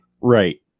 Right